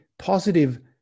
positive